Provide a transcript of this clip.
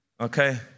Okay